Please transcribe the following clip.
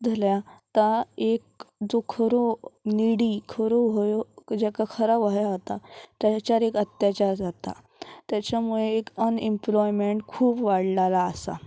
जाल्यार ता एक जो खरो निडी खरो होयो जेका खरा वया होता तेच्यार एक अत्याचार जाता तेच्या मुळे एक अनएम्प्लॉयमेंट खूब वाडलालो आसा